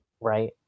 right